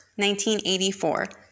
1984